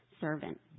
servant